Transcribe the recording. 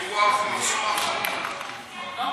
באמת,